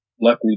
luckily